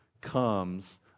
comes